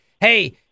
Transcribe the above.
hey